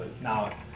now